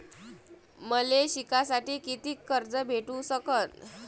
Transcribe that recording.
मले शिकासाठी कितीक कर्ज भेटू सकन?